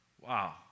Wow